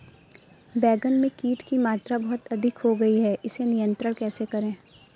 बैगन में कीट की मात्रा बहुत अधिक हो गई है इसे नियंत्रण कैसे करें?